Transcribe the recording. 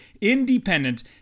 independent